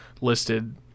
listed